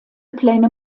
pläne